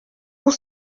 pour